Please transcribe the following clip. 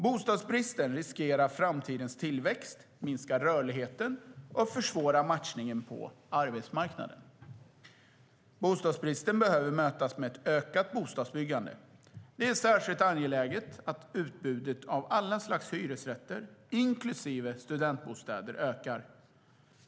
Bostadsbristen riskerar framtidens tillväxt, minskar rörligheten och försvårar matchningen på arbetsmarknaden. Bostadsbristen behöver mötas med ett ökat bostadsbyggande. Det är särskilt angeläget att utbudet av alla slags hyresrätter, inklusive studentbostäder, ökar.